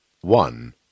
one